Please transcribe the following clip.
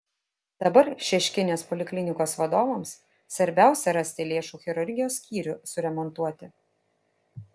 dabar šeškinės poliklinikos vadovams svarbiausia rasti lėšų chirurgijos skyrių suremontuoti